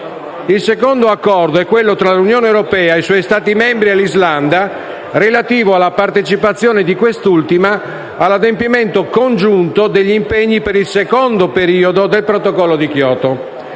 Il secondo accordo è quello tra l'Unione europea, i suoi Stati membri e l'Islanda, relativo alla partecipazione di quest'ultima all'adempimento congiunto degli impegni per il secondo periodo del Protocollo di Kyoto,